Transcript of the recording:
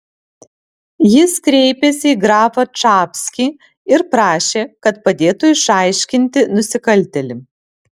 jis kreipėsi į grafą čapskį ir prašė kad padėtų išaiškinti nusikaltėlį